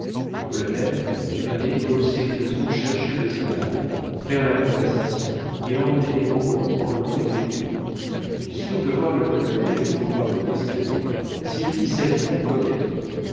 le colonel venait obséquieusement chercher le journal faire la conversation et emmenait rogron quand le temps était beau sûre de voir le colonel et de pouvoir le questionner sylvie s'habilla coquettement